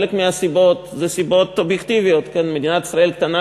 חלק מהסיבות הן סיבות אובייקטיביות: מדינת ישראל הקטנה